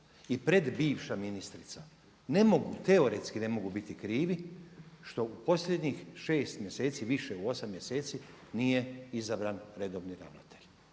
i pred bivša ministrica ne mogu, teoretski ne mogu biti krivi što u posljednjih 6 mjeseci, više u 8 mjeseci nije izabran redovni ravnatelj.